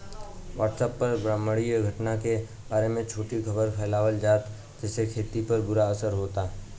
WhatsApp पर ब्रह्माण्डीय घटना के बारे में झूठी खबर फैलावल जाता जेसे खेती पर बुरा असर होता